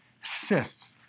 cysts